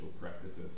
practices